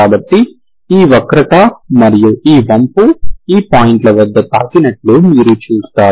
కాబట్టి ఈ వక్రత మరియు ఈ వంపు ఈ పాయింట్ల వద్ద తాకినట్లు మీరు చూస్తారు